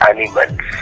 Animals